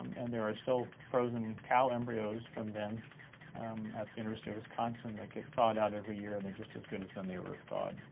and there are still frozen cow embryos from then at the university of wisconsin that get thawed out every year and they're just as good as when they were thawed,